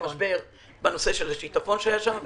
למשבר בשל שיטפון שהיה שם וטבע.